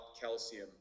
calcium